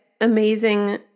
amazing